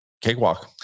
cakewalk